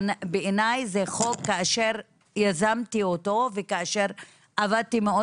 בעיניי זה חוק שכאשר יזמתי אותו וכאשר עבדתי מאוד